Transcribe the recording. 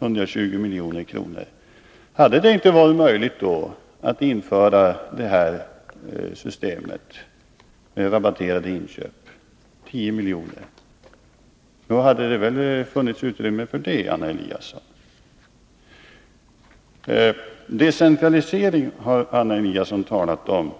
120 milj.kr., hade det då inte varit möjligt att införa systemet med rabatterade inköp för 10 milj.kr.? Nog hade det väl funnits utrymme härför, Anna Eliasson? Decentralisering talade Anna Eliasson om.